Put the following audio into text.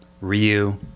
Ryu